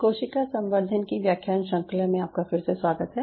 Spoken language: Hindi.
कोशिका संवर्धन की व्याख्यान श्रंखला में आपका फिर से स्वागत है